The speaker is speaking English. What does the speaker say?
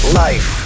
life